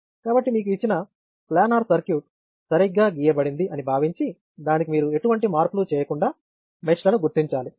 కాబట్టి మీకు ఇచ్చిన ప్లానర్ సర్క్యూట్ సరిగ్గా గీయబడింది అని భావించి దానికి మీరు ఎటువంటి మార్పులు చేయకుండా మెష్లను గుర్తించాలి